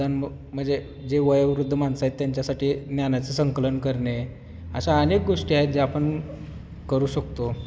वृद्ध म्हणजे जे वयोवृद्ध माणसं आहेत त्यांच्यासाठी ज्ञानाचं संकलन करणे अशा अनेक गोष्टी आहेत जे आपण करू शकतो